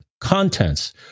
Contents